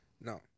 No